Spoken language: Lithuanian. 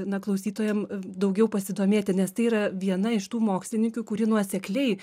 na klausytojam daugiau pasidomėti nes tai yra viena iš tų mokslininkių kuri nuosekliai